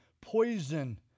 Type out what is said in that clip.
poison